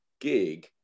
gig